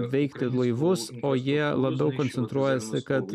veikti laivus o jie labiau koncentruojasi kad